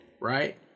right